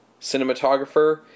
cinematographer